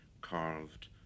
carved